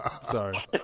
Sorry